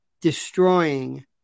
destroying